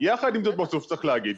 יחד עם זאת בסוף צריך להגיד